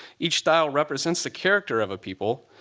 each style represents the character of a people.